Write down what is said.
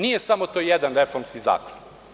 Nije samo to jedan reformski zakon.